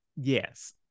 yes